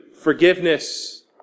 forgiveness